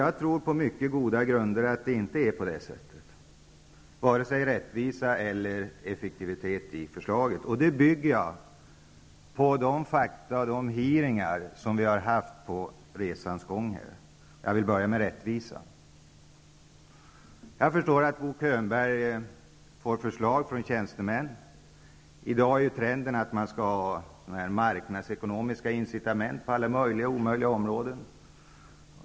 Jag tror på mycket goda grunder att det inte är fallet, utan jag menar att förslaget varken är rättvist eller effektivt. Jag bygger denna uppfattning på de fakta som har kommit fram och de utskottsutfrågningar som vi har haft på resans gång. Jag vill börja med att ta upp frågan om rättvisan. Jag förstår att Bo Könberg får förslag från tjänstemän. I dag är ju trenden att man skall ha marknadsekonomiska incitament på alla möjliga och omöjliga områden.